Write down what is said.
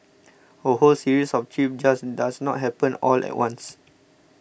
a whole series of trips just does not happen all at once